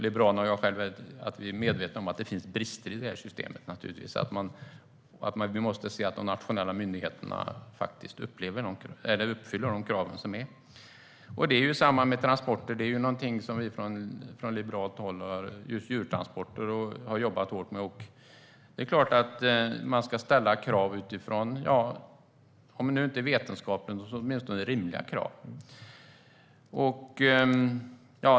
Liberalerna och jag själv är medvetna om att det finns brister i det här systemet. Vi måste se till att de nationella myndigheterna uppfyller de krav som ställs. Detsamma gäller transporter. Vi från Liberalerna har jobbat hårt med djurtransporter. Det är klart att man ska ställa krav utifrån, om inte utifrån vetenskapen så åtminstone rimliga krav.